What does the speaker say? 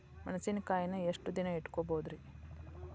ಮೆಣಸಿನಕಾಯಿನಾ ಎಷ್ಟ ದಿನ ಇಟ್ಕೋಬೊದ್ರೇ?